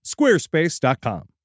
Squarespace.com